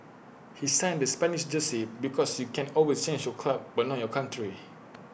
he signed the Spanish jersey because you can always change your club but not your country